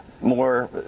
more